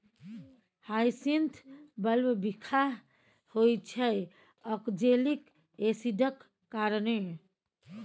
hyacinth bulb बिखाह होइ छै आक्जेलिक एसिडक कारणेँ